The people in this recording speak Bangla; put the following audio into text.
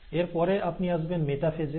এর পরে আপনি আসবেন মেটাফেজ এ